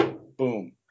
boom